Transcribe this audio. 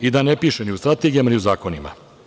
I, da ne piše ni u strategijama, ni u zakonima.